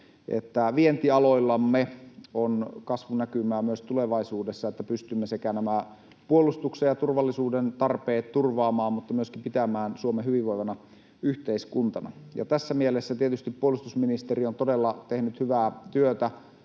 että vientialoillamme on kasvunäkymää myös tulevaisuudessa, että pystymme sekä nämä puolustuksen ja turvallisuuden tarpeet turvaamaan mutta myöskin pitämään Suomen hyvinvoivana yhteiskuntana. Tässä mielessä tietysti puolustusministeri on todella tehnyt hyvää työtä,